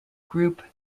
group